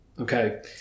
okay